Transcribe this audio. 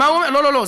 לא לא לא,